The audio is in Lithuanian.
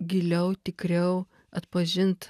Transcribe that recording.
giliau tikriau atpažint